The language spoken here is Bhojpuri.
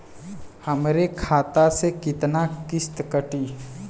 हमरे खाता से कितना किस्त कटी?